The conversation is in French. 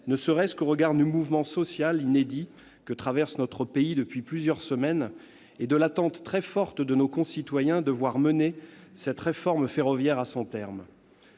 ne serait-ce qu'au regard du mouvement social inédit que traverse notre pays depuis plusieurs semaines et de l'attente très forte de nos concitoyens de voir la réforme ferroviaire menée à son terme.